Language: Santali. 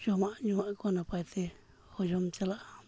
ᱡᱚᱢᱟᱜ ᱧᱩᱣᱟᱜ ᱠᱚ ᱱᱟᱯᱟᱭᱛᱮ ᱦᱚᱡᱚᱢ ᱪᱟᱞᱟᱜᱼᱟ